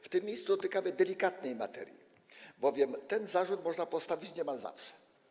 W tym miejscu dotykamy delikatnej materii, bowiem ten zarzut można postawić niemal zawsze.